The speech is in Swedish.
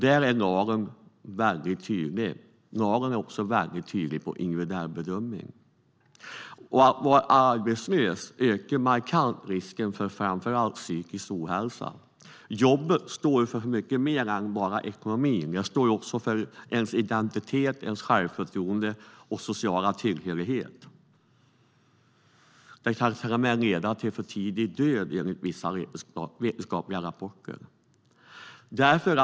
Där är lagen väldigt tydlig, och den är även tydlig om att en individuell bedömning ska göras. Att vara arbetslös ökar markant risken för framför allt psykisk ohälsa. Jobbet står för mycket mer än bara ekonomin; det står också för ens identitet, självförtroende och sociala tillhörighet. Arbetslöshet kan till och med leda till för tidig död, enligt vetenskapliga rapporter.